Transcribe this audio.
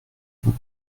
vous